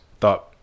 thought